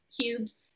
cubes